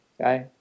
Okay